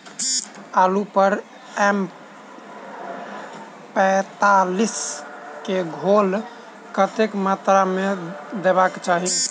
आलु पर एम पैंतालीस केँ घोल कतेक मात्रा मे देबाक चाहि?